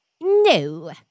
No